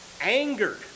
angered